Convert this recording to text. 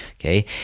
okay